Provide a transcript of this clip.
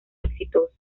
exitosa